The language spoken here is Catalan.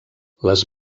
les